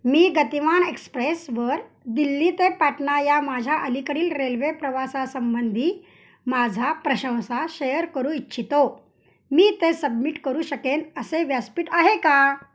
मी गतिमान एक्सप्रेसवर दिल्ली ते पाटणा या माझ्या अलीकडील रेल्वे प्रवासासंबंधी माझा प्रशंसा शेअर करू इच्छितो मी ते सबमिट करू शकेन असे व्यासपीठ आहे का